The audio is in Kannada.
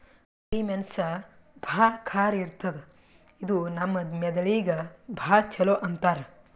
ಕರಿ ಮೆಣಸ್ ಭಾಳ್ ಖಾರ ಇರ್ತದ್ ಇದು ನಮ್ ಮೆದಳಿಗ್ ಭಾಳ್ ಛಲೋ ಅಂತಾರ್